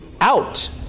out